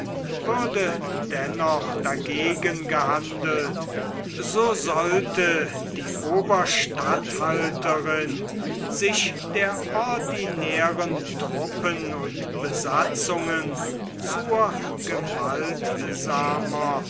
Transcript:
würde dennoch dagegen gehandelt so sollte die oberstatthalterin sich der ordinären truppen und besatzungen zur